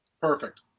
Perfect